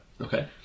Okay